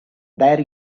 there